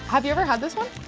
have you ever had this one?